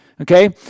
Okay